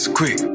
quick